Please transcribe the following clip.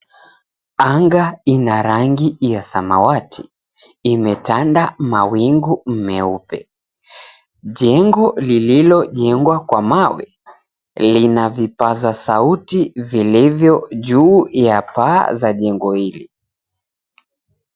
Anga ina rangi ya samawati, imetanda mawingu meupe. Jengo lililojengwa kwa mawe, lina vipazasauti viliyo juu ya paa za jengo hili.